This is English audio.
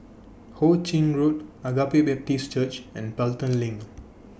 Ho Ching Road Agape Baptist Church and Pelton LINK